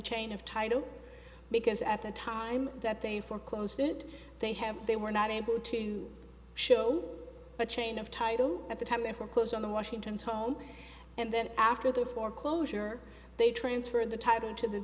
chain of title because at the time that they foreclosed it they have they were not able to show a chain of title at the time and foreclose on the washington's home and then after the foreclosure they transferred the title into the